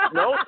no